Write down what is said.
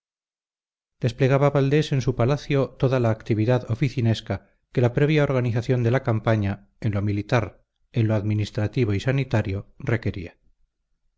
desplegaba valdés en su palacio toda la actividad oficinesca que la previa organización de la campaña en lo militar en lo administrativo y sanitario requería